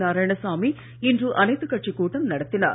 நாராயணசாமி இன்று அனைத்துக் கட்சிக் கூட்டம் நடத்தினார்